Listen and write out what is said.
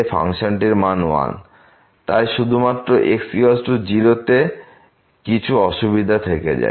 তাই শুধুমাত্র x0 তে কিছু অসুবিধা থেকে যায়